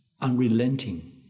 unrelenting